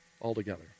altogether